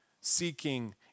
seeking